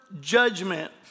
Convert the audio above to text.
judgment